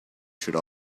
should